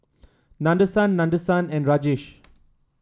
Nadesan Nadesan and Rajesh